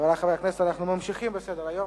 חברי חברי הכנסת, אנחנו ממשיכים בסדר-היום.